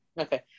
Okay